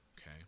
Okay